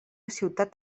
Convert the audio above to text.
ciutat